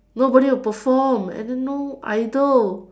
nobody will perform and then no idol